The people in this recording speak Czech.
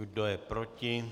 Kdo je proti?